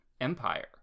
empire